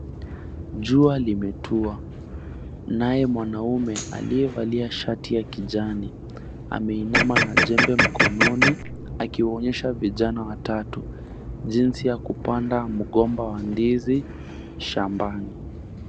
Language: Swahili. Jua limetua naye mwanaume aliyevalia shati la kijani ameinama na jembe mkononi akiwaonyesha vijana watatu jinsi ya kupanda mgomba wa ndizi shambani.